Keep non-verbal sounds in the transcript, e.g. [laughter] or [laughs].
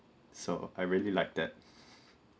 so I really like that [laughs]